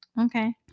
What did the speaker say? Okay